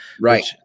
Right